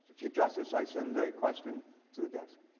chief justice i sent the question to the desk.